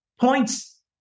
points